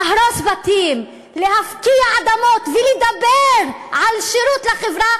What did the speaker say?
להרוס בתים, להפקיע אדמות ולדבר על שירות לחברה?